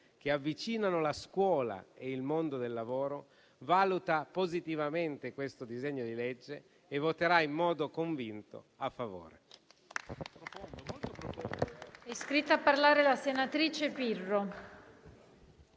che avvicinano la scuola e il mondo del lavoro, valuta positivamente questo disegno di legge e voterà in modo convinto a favore.